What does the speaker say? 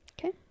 okay